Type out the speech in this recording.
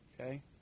Okay